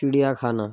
চিড়িয়াখানা